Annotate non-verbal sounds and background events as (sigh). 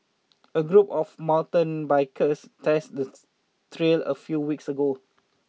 a group of mountain bikers tested the (hesitation) trail a few weeks ago